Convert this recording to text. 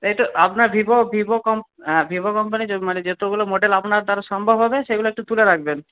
এই তো আপনার ভিভো ভিভো কোম্পানি হ্যাঁ ভিভো কোম্পানি মানে যতগুলো মডেল আপনার দ্বারা সম্ভব হবে সেগুলো একটু তুলে রাখবেন